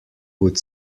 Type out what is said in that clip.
would